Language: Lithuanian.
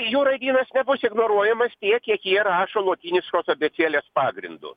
jų raidynas nebus ignoruojamas tiek kiek jie rašo lotyniškos abėcėlės pagrindu